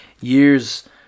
years